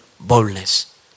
Boldness